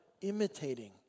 imitating